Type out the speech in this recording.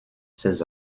ses